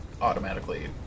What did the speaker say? automatically